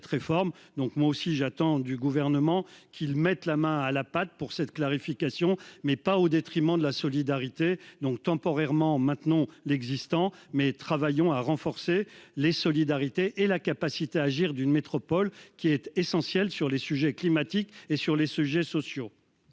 Donc moi aussi j'attends du gouvernement qu'il mette la main à la pâte pour cette clarification, mais pas au détriment de la solidarité donc temporairement maintenant l'existant mais travaillons à renforcer les solidarités et la capacité à agir d'une métropole qui est essentiel sur les sujets climatiques et sur les sujets sociaux.